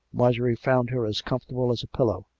mar jorie found her as comfortable as a pillow,